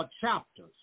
chapters